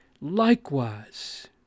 likewise